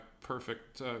perfect